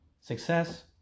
success